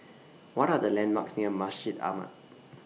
What Are The landmarks near Masjid Ahmad